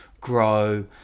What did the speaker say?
grow